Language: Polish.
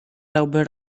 dałby